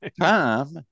time